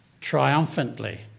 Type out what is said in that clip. triumphantly